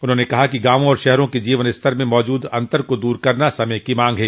उन्होंने कहा कि गांवों और शहरों के जीवन स्तर में मौजूद अन्तर को दूर करना समय की मांग है